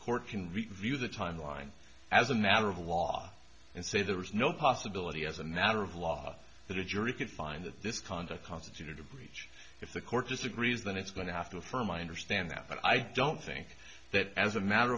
can review the timeline as a matter of law and say there was no possibility as a matter of law that a jury could find that this conduct constituted a breach if the court disagrees then it's going to have to affirm i understand that but i don't think that as a matter